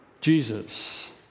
Jesus